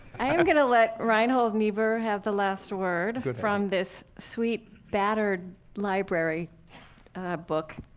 i am going to let reinhold niebuhr have the last word but from this sweet battered library book,